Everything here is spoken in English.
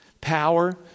power